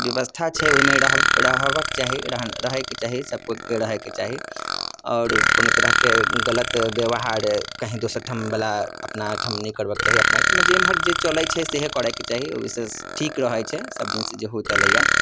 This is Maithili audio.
व्यवस्था छै ओइमे रह रहबक चाही रहन रहैके चाही सभ कोइके रहैके चाही आओर कुनो तरहके गलत व्यवहार कहीं दोसर ठामवला अपना अहिठाम नहि करबाक चाही अपना अहिठमा जेमहर जे चलै छै सएहे करैके ओइसँ ठीक रहै छै सभदिनसँ जे होइत अयलैय